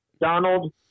Donald